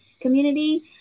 community